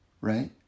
right